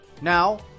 now